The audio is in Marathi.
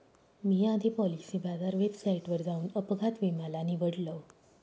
मी आधी पॉलिसी बाजार वेबसाईटवर जाऊन अपघात विमा ला निवडलं